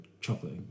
chocolate